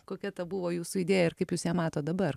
kokia ta buvo jūsų idėja ir kaip jūs ją matot dabar